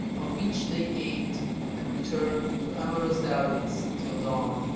of which they ate and returned to amorous dalliance till dawn.